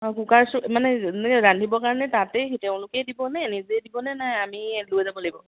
অঁ কুকাৰ চ মানে ৰান্ধিব কাৰণে তাতেই তেওঁলোকে দিবনে নিজেই দিবনে নে আমি লৈ যাব লাগিব